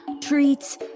treats